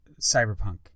Cyberpunk